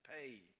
pay